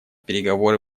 переговоры